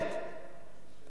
זה הנושא המרכזי.